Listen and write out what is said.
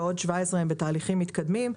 ועוד 17 נמצאים בתהליכים מתקדמים.